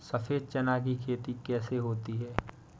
सफेद चना की खेती कैसे होती है?